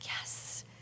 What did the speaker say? yes